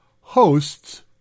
hosts